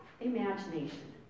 imagination